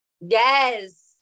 yes